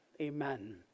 Amen